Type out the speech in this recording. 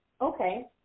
Okay